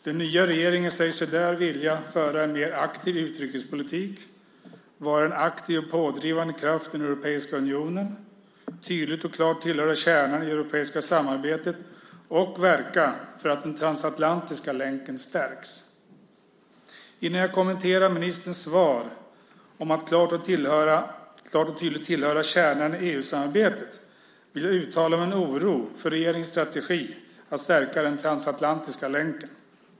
Den nya regeringen säger sig där vilja föra en mer aktiv utrikespolitik, vara en aktiv och pådrivande kraft i den europeiska unionen, tydligt och klart tillhöra kärnan i det europeiska samarbetet och verka för att den transatlantiska länken stärks. Innan jag kommenterar ministerns svar om att klart och tydligt tillhöra kärnan i EU-samarbetet vill jag uttala min oro för regeringens strategi att stärka den transatlantiska länken.